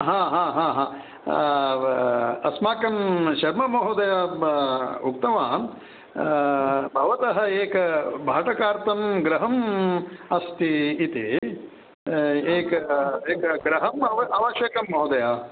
हा हा हा हा अस्माकं शर्ममहोदय उक्तवान् भवतः एकं भाटकार्थं गृहमस्ति इति एकम् एकं गृहम् आवश्यकं महोदय